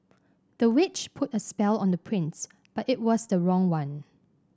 the witch put a spell on the prince but it was the wrong one